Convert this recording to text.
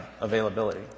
availability